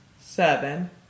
seven